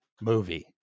movie